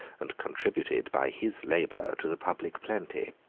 and contributed by his labor to the public plenty.